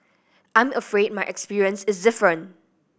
I'm afraid my experience is different